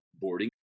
boarding